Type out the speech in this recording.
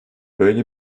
böyle